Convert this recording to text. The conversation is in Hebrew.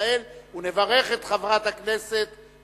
את קולי